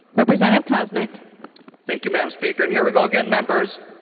representative koznick thank you mme. um speaker. and here we go again members.